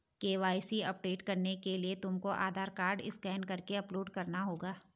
KYC update करने के लिए तुमको आधार कार्ड स्कैन करके अपलोड करना होगा